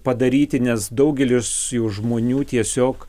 padaryti nes daugelis žmonių tiesiog